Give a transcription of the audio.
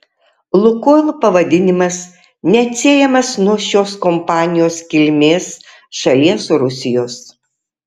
lukoil pavadinimas neatsiejamas nuo šios kompanijos kilmės šalies rusijos